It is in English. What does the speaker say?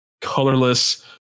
colorless